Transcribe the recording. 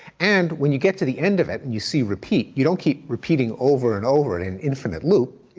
and when you get to the end of it and you see repeat, you don't keep repeating over and over in infinite loop,